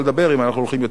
אם אנחנו הולכים יותר רחוק,